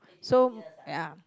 so ya